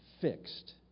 fixed